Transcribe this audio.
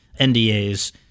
NDAs